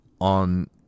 on